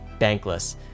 bankless